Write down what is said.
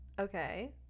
Okay